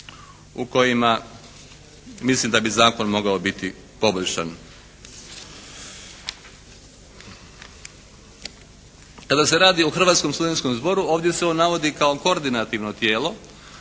u kojima mislim da bi zakon mogao biti poboljšan. Kada se radi o Hrvatskom studentskom zboru ovdje se on navodi kao kordinativno tijelo